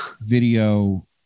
video